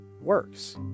works